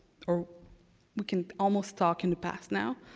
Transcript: or we can almost talk in the past now.